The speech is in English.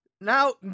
Now